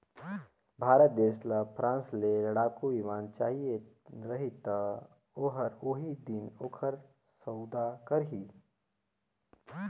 भारत देस ल फ्रांस ले लड़ाकू बिमान चाहिए रही ता ओहर ओही दिन ओकर सउदा करही